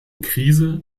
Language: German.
krise